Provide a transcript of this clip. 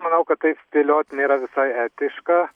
manau kad taip spėliot nėra visai etiška